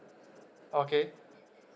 okay